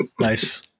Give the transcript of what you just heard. nice